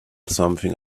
something